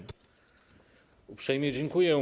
Uprzejmie dziękuję.